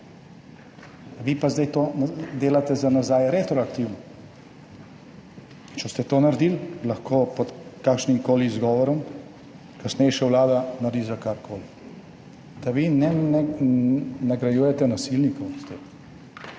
Vi pa zdaj to delate za nazaj retroaktivno. Če boste to naredili, lahko pod kakršnimkoli izgovori kasnejša vlada naredi to za karkoli. Da vi ne nagrajujete nasilnikov?